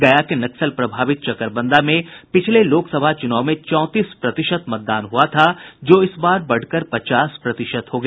गया के नक्सल प्रभावित चकरबंदा में पिछले लोकसभा चुनाव में चौंतीस प्रतिशत मतदान हुआ था जो इस बार बढ़कर पचास प्रतिशत हो गया